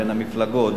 בין המפלגות,